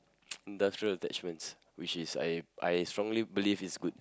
industrial attachments which is I I strongly believe is good